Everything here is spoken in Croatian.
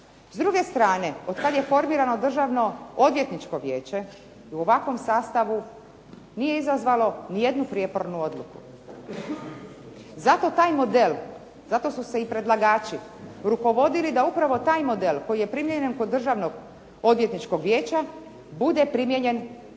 S druge strane od kada je formirano državno odvjetničko vijeće u ovakvom sastavu nije izazvalo ni jednu prijepornu odluku. Zato taj model, zato su se i predlagači rukovodili da upravo taj model koji je primjeren kod Državnog odvjetničkog vijeća bude primijenjen kod